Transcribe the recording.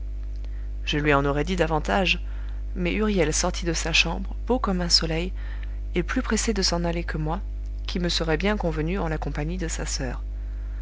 je lui en aurais dit davantage mais huriel sortit de sa chambre beau comme un soleil et plus pressé de s'en aller que moi qui me serais bien convenu en la compagnie de sa soeur